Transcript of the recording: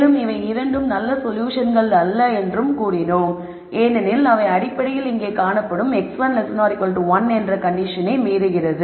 மேலும் இவை இரண்டும் நல்ல சொல்யூஷன்கள் அல்ல என்று கூறினோம் ஏனெனில் அவை அடிப்படையில் இங்கே காணப்படும் x1 1 என்ற கண்டிஷனை மீறுகிறது